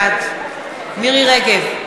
בעד מירי רגב,